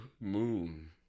moon